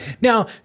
Now